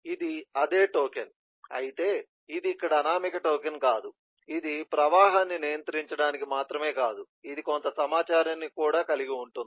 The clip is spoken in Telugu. ఇది అదే టోకెన్ అయితే ఇది ఇక్కడ అనామక టోకెన్ కాదు ఇది ప్రవాహాన్ని నియంత్రించడానికి మాత్రమే కాదు ఇది కొంత సమాచారాన్ని కూడా కలిగి ఉంటుంది